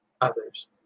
others